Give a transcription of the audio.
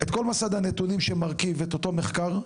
את כל מסד הנתונים שמרכיב את אותו מחקר.